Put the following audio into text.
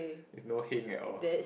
no heng at all